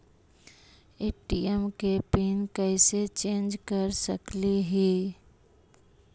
ATM के pin कैसे change कर सकली ही?